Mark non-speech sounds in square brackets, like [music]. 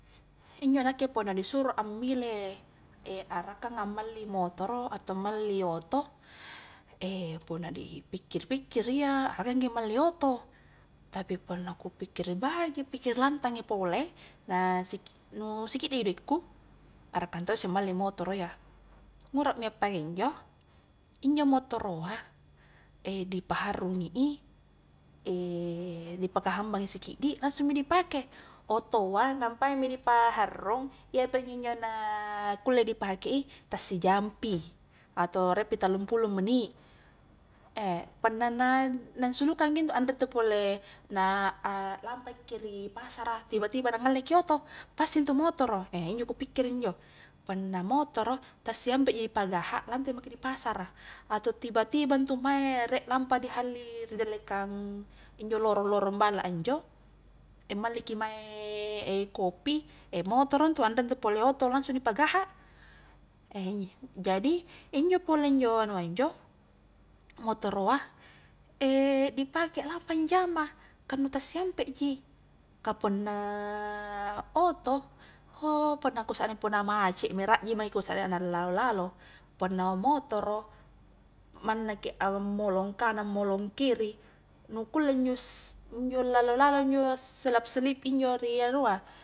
Injo nakke punna disuro ammile [hesitation] arakaga malli motoro atau malli oto, [hesitation] punna dipikkiri-pikkiri iya arakangi malli oto, tapi punna kupikkiri bajiki kupikkiri lantangi pole nah nu sikiddiji doikku araka tossengi malli motoro iya, ngura mia pakunjo, injo motoroa [hesitation] dipaharrungi i [hesitation] dipakahambangi sikiddi langsungmi dipake, otoa nampaimi dipaharrung iyapa injo njo na kulle dipake i tassijang pi atau rieppi tallung pulong meni, [hesitation] punna lansulukangki intu anre tu pole nah a lampaki ri pasara tiba-tiba la ngalleki oto, pasti ntu motoro eh injo kupikkiri njo, punna motoro tassiapeji dipagaha lante maki dipasara atau tiba-tiba ntu mae rie lampa dihalli ridallekang injo lorong-lorong balla a injo, [hesitation] malliki mae [hesitation] kopi e motoro ntu, anre ntu pole oto langsung nipagaha, [hesitation] jadi injo pole njo anua njo, motoroa, [hesitation] dipake lampa njama, kah nu tassiampe ji, kah punna oto, hoo punna kusarring punna macetmi rajjing maki [unintelligible] lalo-lalo, punna motoro mannaki ammolong kanang molong kiri, nu kulle njos, njo lalo-lalo njo selap selip injo ri anua.